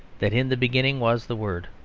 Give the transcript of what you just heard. that in the beginning was the word.